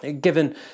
Given